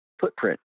footprint